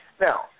Now